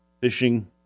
fishing